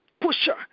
pusher